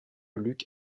luke